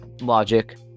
logic